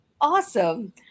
Awesome